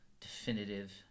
definitive